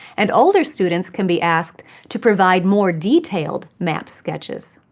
and older students can be asked to provide more detailed map sketches.